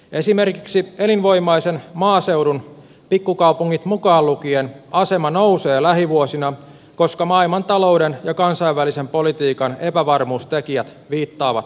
esimerkiksi elinvoimaisen maaseudun asema pikkukaupungit mukaan lukien nousee lähivuosina koska maailmantalouden ja kansainvälisen politiikan epävarmuustekijät viittaavat siihen suuntaan